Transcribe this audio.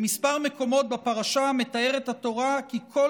בכמה מקומות בפרשה מתארת התורה כי כל